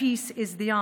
שבו מדינת ישראל